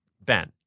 Ben